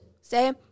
say